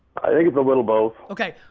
i think it's a little both. okay,